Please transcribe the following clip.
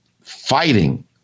fighting